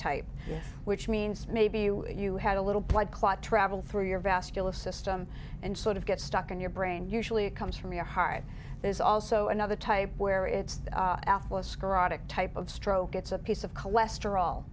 type which means maybe you you had a little blood clot traveled through your vascular system and sort of gets stuck in your brain usually it comes from your heart there's also another type where it's atherosclerotic type of stroke it's a piece of cholesterol